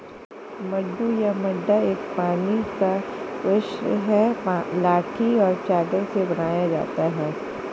मड्डू या मड्डा एक पानी का कोर्स है लाठी और चादर से बनाया जाता है